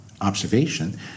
Observation